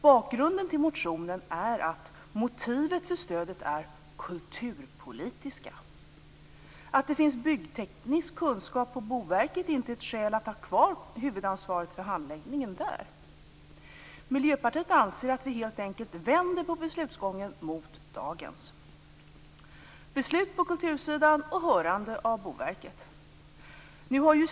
Bakgrunden till motionen är att motiven för stödet är kulturpolitiska. Att det finns byggteknisk kunskap på Boverket är inte ett skäl att ha kvar huvudansvaret för handläggningen där. Miljöpartiet anser att vi helt enkelt bör vända på beslutsgången så att beslut fattas på kultursidan efter hörande av Boverket.